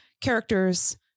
characters